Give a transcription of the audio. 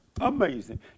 Amazing